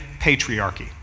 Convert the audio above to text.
patriarchy